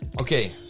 Okay